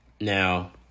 Now